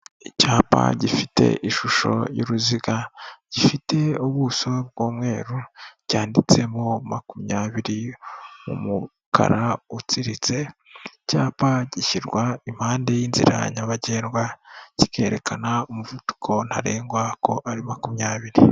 Icyapa gifite ishusho y'uruziga, gifite ubuso bw'umweru cyanditsemo makumyabiri mu mukara utsiritse, icyapa gishyirwa impande y'inzira nyabagendwa, kikerekana umuvuduko ntarengwa ko ari makumyabiri.